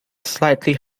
slightly